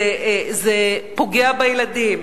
זה פוגע בילדים,